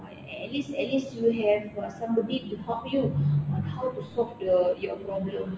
ah at least at least you have uh somebody to help you on how to solve the your problem